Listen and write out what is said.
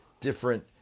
different